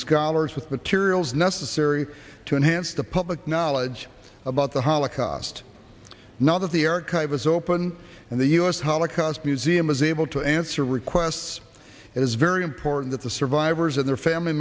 scholars with materials necessary to enhance the public knowledge about the holocaust now that the archive is open and the u s holocaust museum is able to answer requests it is very important that the survivors and their family